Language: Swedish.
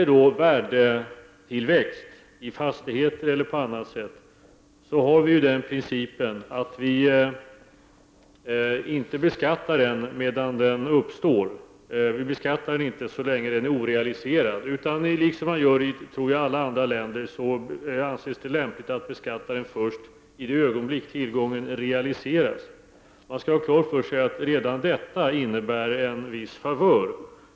Principen för värdetillväxt i fastigheter eller på annat sätt är att den inte beskattas under den tid den uppstår, så länge den är orealiserad. Vi anser, som man gör i alla andra länder, att det är lämpligt att beskatta värdet först i det ögonblick tillgången realiseras. Man skall ha klart för sig att redan detta innebär en viss favör.